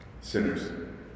Sinners